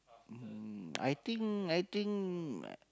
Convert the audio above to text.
mm I think I think I